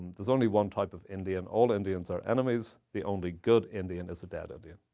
there's only one type of indian. all indians are enemies. the only good indian is a dead indian.